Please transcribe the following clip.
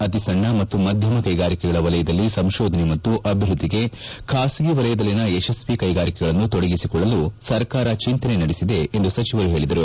ಅತಿಸಣ್ಣ ಮತ್ತು ಮಧ್ಯಮ ಕೈಗಾರಿಕೆಗಳ ವಲಯದಲ್ಲಿ ಸಂಶೋಧನೆ ಮತ್ತು ಅಭಿವೃದ್ದಿಗೆ ಖಾಸಗಿ ವಲಯದಲ್ಲಿನ ಯಶಸ್ನಿ ಕೈಗಾರಿಕೆಗಳನ್ನು ತೊಡಗಿಸಿಕೊಳ್ಳಲು ಸರ್ಕಾರ ಚಿಂತನೆ ನಡೆಸಿದೆ ಎಂದು ಸಚಿವರು ಹೇಳಿದರು